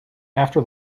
after